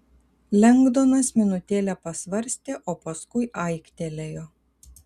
lengdonas minutėlę pasvarstė o paskui aiktelėjo